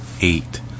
eight